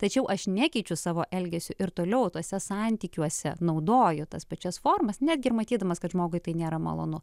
tačiau aš nekeičiu savo elgesiu ir toliau tuose santykiuose naudoju tas pačias formas netgi ir matydamas kad žmogui tai nėra malonu